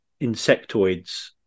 insectoids